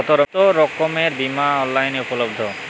কতোরকমের বিমা অনলাইনে উপলব্ধ?